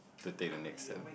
to take the next step